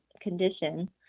condition